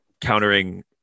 countering